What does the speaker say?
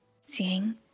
Seeing